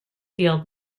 field